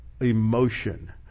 emotion